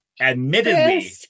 Admittedly